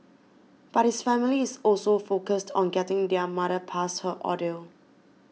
but his family is also focused on getting their mother past her ordeal